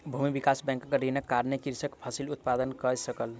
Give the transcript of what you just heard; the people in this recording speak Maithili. भूमि विकास बैंकक ऋणक कारणेँ कृषक फसिल उत्पादन कय सकल